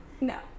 No